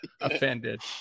offended